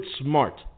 smart